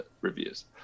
reviews